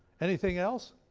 anything else?